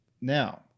now